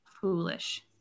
foolish